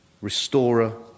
Restorer